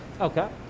Okay